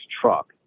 truck